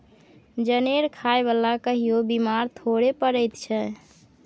जनेर खाय बला कहियो बेमार थोड़े पड़ैत छै